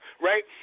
right